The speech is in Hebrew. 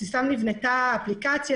--- שעל בסיסה נבנתה האפליקציה,